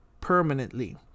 permanently